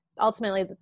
ultimately